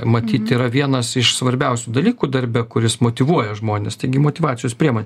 matyt yra vienas iš svarbiausių dalykų darbe kuris motyvuoja žmones taigi motyvacijos priemonė